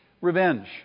revenge